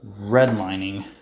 redlining